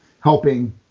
helping